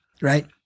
Right